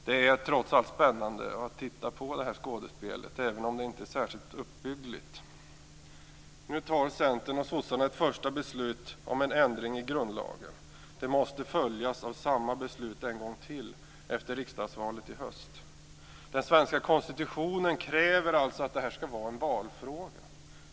Det är trots allt spännande att titta på det här skådespelet men det är inte särskilt uppbyggligt. Nu tar Centern och Socialdemokraterna ett första beslut om en ändring i grundlagen. Det måste följas av samma beslut en gång till efter riksdagsvalet i höst. Den svenska konstitutionen kräver alltså att det här skall vara en valfråga.